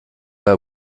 pas